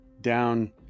down